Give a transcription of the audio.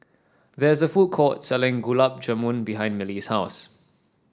there is a food court selling Gulab Jamun behind Milly's house